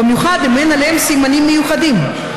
במיוחד אם אין עליהם סימנים מיוחדים.